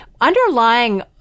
underlying